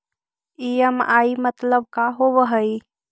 EMI मतलब का होब हइ?